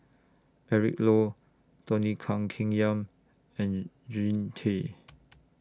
Eric Low Tony Kan Keng Yam and Jean Tay